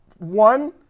one